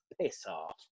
piss-off